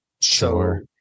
Sure